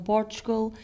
Portugal